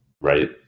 right